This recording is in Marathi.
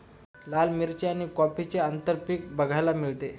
लाल मिरची आणि कॉफीचे आंतरपीक बघायला मिळते